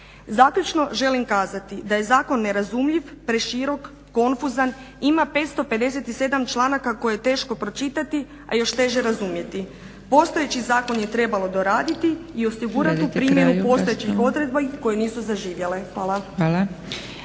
Zaključno želim kazati da je zakon nerazumljiv, preširok, konfuzan, imam 557 članaka koje je teško pročitati a još teže razumjeti. Postojeći zakon je trebalo doraditi i osigurat tu primjenu postojećih odredbi koje nisu zaživjele.